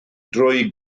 drwy